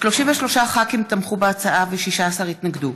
33 ח"כים תמכו בהצעה ו-16 התנגדו,